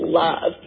love